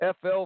FL